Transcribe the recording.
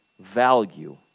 value